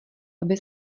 aby